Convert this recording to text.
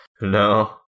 No